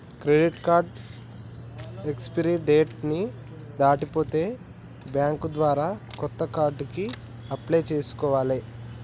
credit card expiry date ని దాటిపోతే bank ద్వారా కొత్త కార్డుకి అప్లై చేసుకోవాలే